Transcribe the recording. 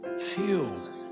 feel